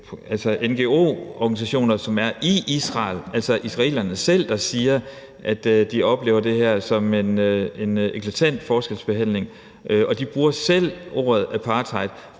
de ngo-organisationer, som er i Israel, altså israelerne selv, siger, altså at de oplever det her som en eklatant forskelsbehandling. De bruger selv ordet apartheid,